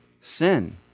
sin